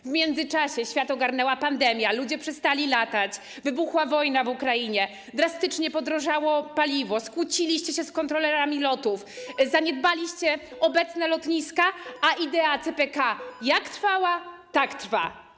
W międzyczasie świat ogarnęła pandemia, ludzie przestali latać, wybuchła wojna w Ukrainie, drastycznie podrożało paliwo, skłóciliście się z kontrolerami lotów, zaniedbaliście obecne lotniska, a idea CPK jak trwała, tak trwa.